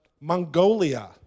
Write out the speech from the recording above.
Mongolia